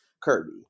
Kirby